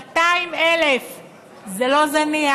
200,000. זה לא זניח.